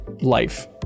life